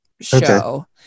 show